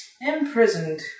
Imprisoned